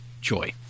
joy